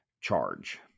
charge